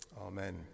amen